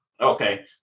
Okay